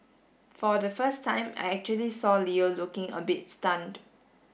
for the first time I actually saw Leo looking a bit stunned